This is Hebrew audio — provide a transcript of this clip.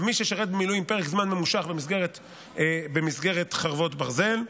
מי ששירתו במילואים פרק זמן ממושך במסגרת חרבות ברזל,